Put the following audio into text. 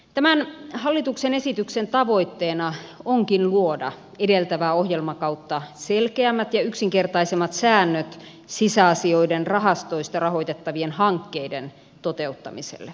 tämän hallituksen esityksen tavoitteena onkin luoda edeltävää ohjelmakautta selkeämmät ja yksinkertaisemmat säännöt sisäasioiden rahastoista rahoitettavien hankkeiden toteuttamiselle